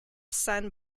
son